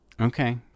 okay